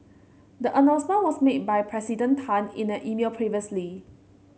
the announcement was made by President Tan in an email previously